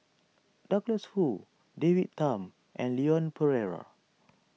Douglas Foo David Tham and Leon Perera